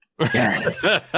Yes